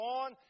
on